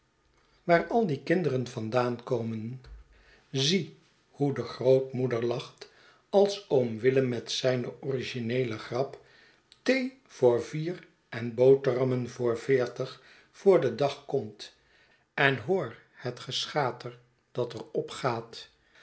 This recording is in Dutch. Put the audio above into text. waar al die kinderen vandaan komen zie hoe de grootmoeder lacht als oom willem met ztjne origineele grap thee voor vier en boterhammen voor veertig voor den dag komt en hoor het geschaterj dat er